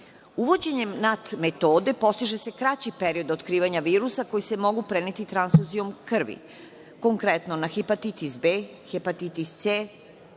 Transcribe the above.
Uvođenjem NAT metode postiže se kraći period otkrivanja virusa koji se mogu preneti transfuzijom krvi. Konkretno na hepatitis B, hepatitis C,